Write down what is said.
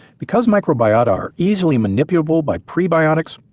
because microbiota are easily manipulatable by prebiotics,